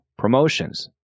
promotions